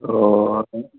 ओ अखनि